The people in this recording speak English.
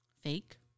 Fake